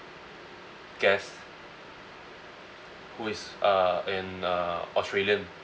guest who is uh an uh australian